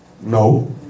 No